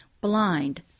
blind